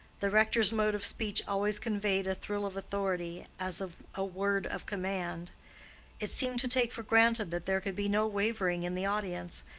the rector's mode of speech always conveyed a thrill of authority, as of a word of command it seemed to take for granted that there could be no wavering in the audience,